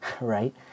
right